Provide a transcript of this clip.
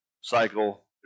cycle